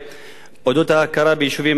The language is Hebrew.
בדבר ההכרה ביישובים הערביים.